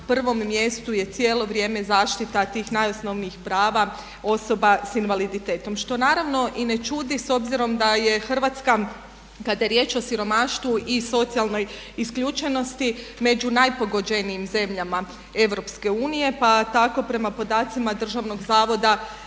prvom mjestu je cijelo vrijeme zaštita tih najosnovnijih prava osoba sa invaliditetom. Što naravno i ne čudi s obzirom da je Hrvatska kada je riječ o siromaštvu i socijalnoj isključenosti među najpogođenijim zemljama EU. Pa tako prema podacima Državnog zavoda za